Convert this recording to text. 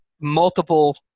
multiple